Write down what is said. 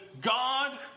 God